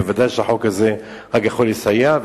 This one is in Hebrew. וודאי שהחוק הזה יכול לסייע.